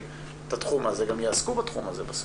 את התחום הזה גם יעסקו בתחום הזה בסוף.